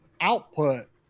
output